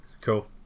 Cool